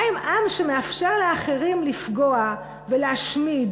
מה עם עם שמאפשר לאחרים לפגוע ולהשמיד